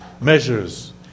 measures